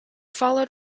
followed